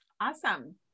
Awesome